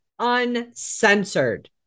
uncensored